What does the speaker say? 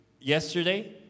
yesterday